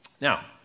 Now